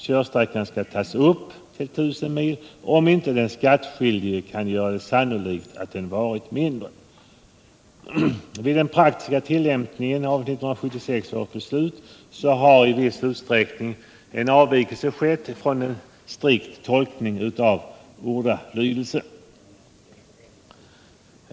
Körsträckan skall tas upp till 1 000 mil om inte den skattskyldige kan göra sannolikt att den varit mindre. Vid den praktiska tillämpningen av 1976 års beslut har i viss utsträckning en avvikelse skett från en strikt tolkning av ordalydelsen.